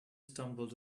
stumbled